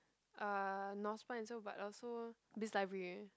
uh North Spine so but also Biz library